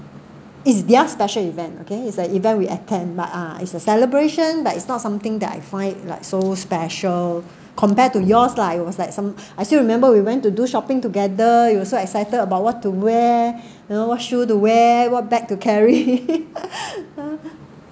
it's yeah special event okay it's like event we attend but ah it's a celebration but it's not something that I find like so special compared to yours lah it was like some I still remember we went to do shopping together you were so excited about what to wear you know what shoe to wear what bag to carry